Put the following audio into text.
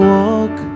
walk